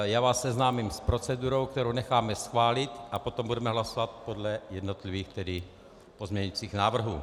Já vás seznámím s procedurou, kterou necháme schválit, a potom budeme hlasovat podle jednotlivých pozměňovacích návrhů.